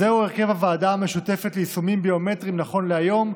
זהו הרכב הוועדה המשותפת ליישומים ביומטריים נכון להיום,